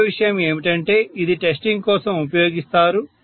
రెండవ విషయం ఏమిటంటే ఇది టెస్టింగ్ కోసం ఉపయోగిస్తారు